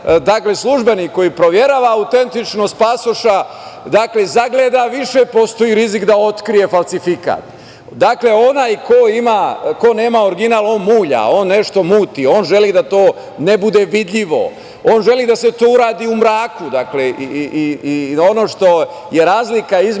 onaj službenik koji proverava autentičnost pasoša zagleda više postoji rizik da otkrije falsifikat. Dakle, onaj ko nema original on mulja, on nešto muti, on želi da to ne bude vidljivo, želi da se to uradi u mraku. Ono što je razlika između